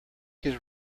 his